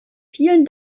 vielen